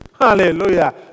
Hallelujah